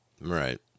Right